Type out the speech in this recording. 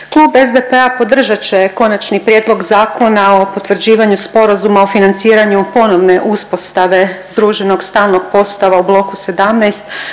Klub SDP-a podržat će Konačni prijedlog Zakona o potvrđivanju Sporazuma o financiranju ponovne uspostave združenog stalnog postava u Bloku 17